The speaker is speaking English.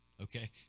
okay